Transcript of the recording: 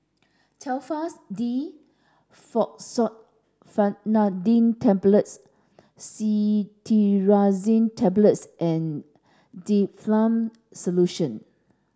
Telfast D Fexofenadine Tablets Cetirizine Tablets and Difflam Solution